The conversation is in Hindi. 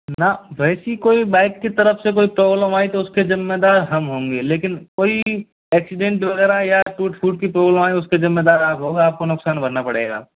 ना वैसी कोई बाइक की तरफ़ से कोई प्रॉब्लम आई तो उसके ज़िम्मेदार हम होंगे लेकिन कोई ऐक्सिडेंट वगैरह या टूट फूट की प्रॉब्लम आई उसके ज़िम्मेदार आप होगा आपको नुकसान भरना पड़ेगा